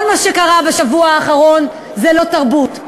כל מה שקרה בשבוע האחרון זה לא תרבות.